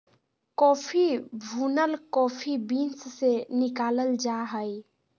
coffee भुनल coffee beans से निकालल जा हइ